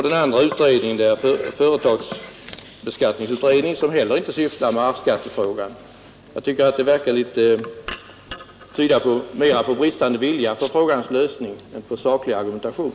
Den andra är företagsbeskattningsutredningen som inte heller sysslar med arvsskattefrågan. Jag tycker detta tyder mera på bristande vilja för frågans lösning än på saklig argumentation.